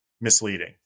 misleading